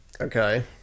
Okay